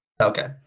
Okay